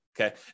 okay